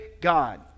God